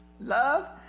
love